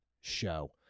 show